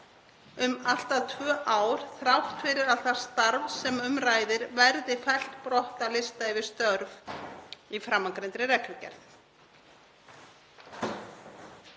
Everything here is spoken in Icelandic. um allt að tvö ár, þrátt fyrir að það starf sem um ræðir hafi verið fellt brott af lista yfir störf í framangreindri reglugerð.